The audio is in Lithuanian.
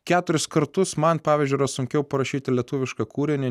keturis kartus man pavyzdžiui yra sunkiau parašyti lietuvišką kūrinį